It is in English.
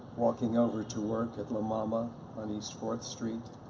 walking over to work at la mama on east fourth street,